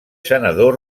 senador